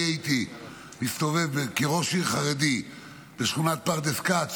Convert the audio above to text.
הייתי מסתובב כראש עיר חרדי בשכונת פרדס כץ,